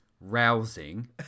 rousing